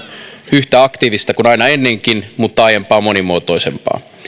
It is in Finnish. yhtä aktiivista kuin aina ennenkin mutta aiempaa monimuotoisempaa